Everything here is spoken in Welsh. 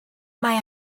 mae